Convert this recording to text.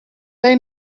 they